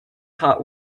hot